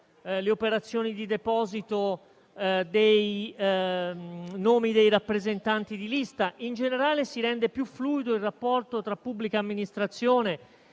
delle operazioni di deposito dei nomi dei rappresentanti di lista. In generale, si rende più fluido il rapporto tra pubblica amministrazione